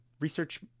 research